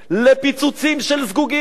לפיצוצים של זגוגיות,